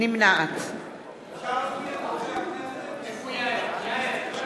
אפשר בבקשה שקט?